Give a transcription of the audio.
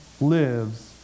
lives